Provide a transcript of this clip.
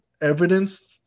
evidence